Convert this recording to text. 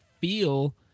feel